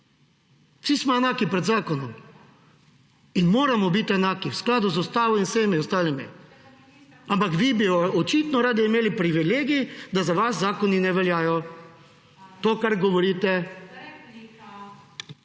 Vsi smo enaki pred zakonom in moramo biti enaki v skladu z ustavo in vsemi ostalimi. Ampak vi bi očitno radi imeli privilegij, da za vas zakoni ne veljajo. To, kar govorite.